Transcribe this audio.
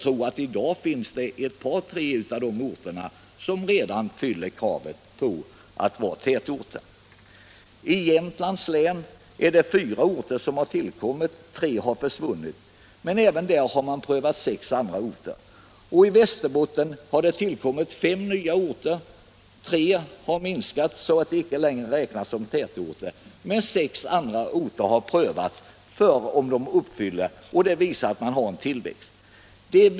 I dag torde ett par tre av dessa orter redan fylla kravet på att vara tätorter. I Jämtlands län har fyra orter tillkommit, medan tre har försvunnit. Även där har man prövat sex andra orter. I Västerbottens län har fem nya orter tillkommit, medan tre har minskat så att de inte längre räknas som tätorter. Sex andra orter har prövats, vilket visar att man har en tillväxt.